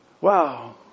Wow